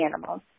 animals